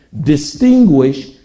distinguish